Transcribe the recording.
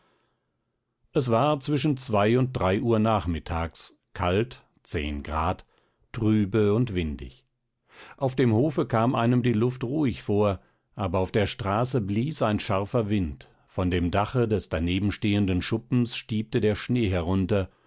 es war zwischen zwei und drei uhr nachmittags kalt zehn grad trübe und windig auf dem hofe kam einem die luft ruhig vor aber auf der straße blies ein scharfer wind von dem dache des danebenstehenden schuppens stiebte der schnee herunter